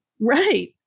Right